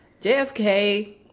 JFK